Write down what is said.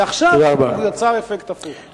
ועכשיו הוא יצר אפקט הפוך.